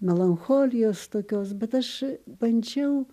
melancholijos tokios bet aš bandžiau